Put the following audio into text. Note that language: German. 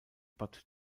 bad